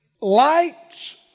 Light's